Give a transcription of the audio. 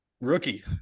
rookie